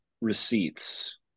receipts